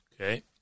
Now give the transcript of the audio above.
Okay